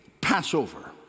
Passover